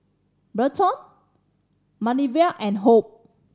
Berton Manervia and Hope